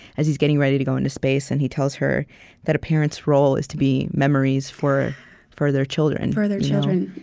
as he's getting ready to go into space, and he tells her that a parent's role is to be memories for for their children. for their children